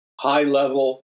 high-level